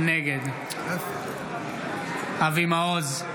נגד אבי מעוז,